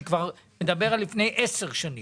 אני מדבר על לפני 10 שנים.